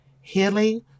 Healing